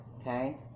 Okay